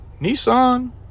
Nissan